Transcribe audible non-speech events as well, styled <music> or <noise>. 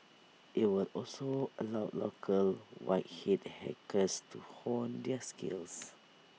IT would also allow local white hat hackers to hone their skills <noise>